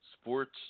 sports